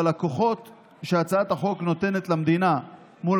אבל הכוחות שהצעת החוק נותנת למדינה מול